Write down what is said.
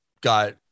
got